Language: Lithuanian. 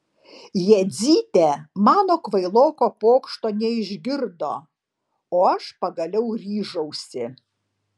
jadzytė mano kvailoko pokšto neišgirdo o aš pagaliau ryžausi